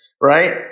right